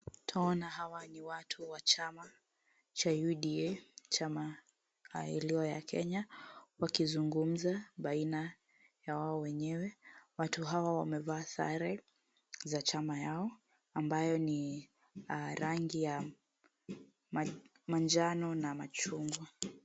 Twaona hawa ni watu wa chama cha UDA, chama ilio ya Kenya, wakizungumza baina ya wao wenyewe. Watu hawa wamevaa sare za chama yao, ambayo ni rangi ya manjano na machungwa.